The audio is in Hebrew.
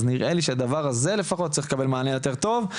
אז נראה לי שהדבר הזה לפחות צריך לקבל מענה יותר טוב.